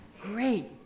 great